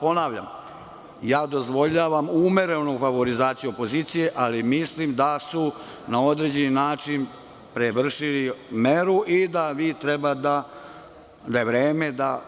Ponavljam, dozvoljavam umerenu favorizaciju opozicije, ali mislim da su na određeni način prevršili meru i da vi da je vreme za